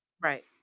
right